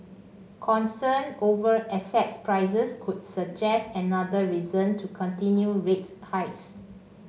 concern over asset prices could suggest another reason to continue rate hikes